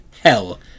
hell